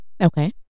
Okay